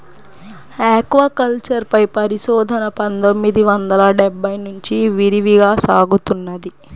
aquaculture పై పరిశోధన పందొమ్మిది వందల డెబ్బై నుంచి విరివిగా సాగుతున్నది